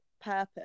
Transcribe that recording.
purpose